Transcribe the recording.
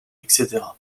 etc